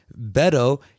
Beto